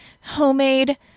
homemade